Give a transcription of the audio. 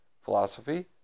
philosophy